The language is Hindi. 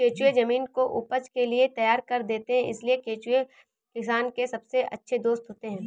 केंचुए जमीन को उपज के लिए तैयार कर देते हैं इसलिए केंचुए किसान के सबसे अच्छे दोस्त होते हैं